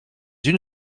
une